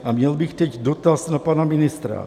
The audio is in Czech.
A měl bych teď dotaz na pana ministra.